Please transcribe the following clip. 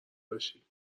باشی